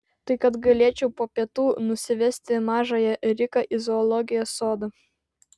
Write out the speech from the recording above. tai kad galėčiau po pietų nusivesti mažąją riką į zoologijos sodą